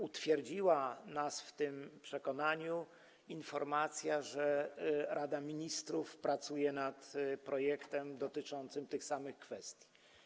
Utwierdziła nas w tym przekonaniu informacja, że Rada Ministrów pracuje nad projektem dotyczącym tych samych kwestii.